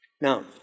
Now